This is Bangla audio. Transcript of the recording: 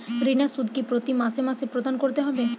ঋণের সুদ কি প্রতি মাসে মাসে প্রদান করতে হবে?